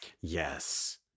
yes